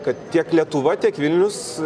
kad tiek lietuva tiek vilnius